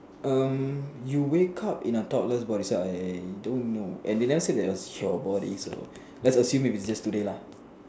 um you wake up in a toddler's body so I don't know and they never say that is a short body so let's assume it is today lah